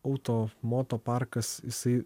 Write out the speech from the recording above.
auto moto parkas jisai